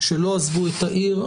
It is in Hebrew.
שלא עזבו את העיר.